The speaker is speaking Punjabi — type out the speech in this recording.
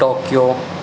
ਟੋਕਿਓ